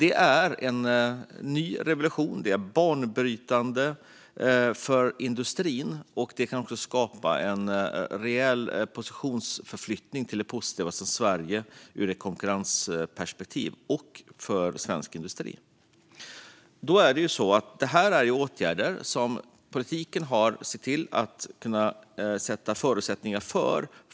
Det är en banbrytande revolution för industrin, och det kan också skapa en reell positionsförflyttning i positiv riktning för Sverige och svensk industri i ett konkurrensperspektiv. Det här är åtgärder som politiken har sett till att ge förutsättningar för.